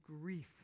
grief